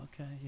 okay